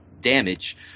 damage